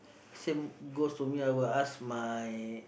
same goes to me I'll ask my